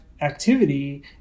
activity